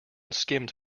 skimmed